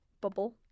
bubble